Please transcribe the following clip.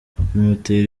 bimutera